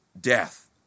death